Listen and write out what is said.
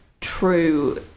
true